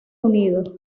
unidos